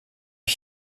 ich